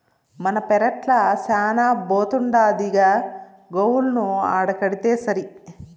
మన పెరట్ల శానా బోతుండాదిగా గోవులను ఆడకడితేసరి